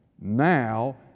Now